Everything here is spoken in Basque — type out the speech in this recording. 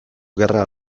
gerra